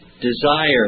desire